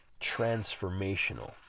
transformational